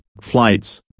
flights